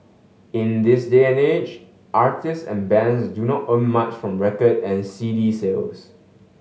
in this day and age artists and bands do not earn much from record and C D sales